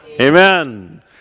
Amen